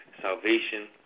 salvation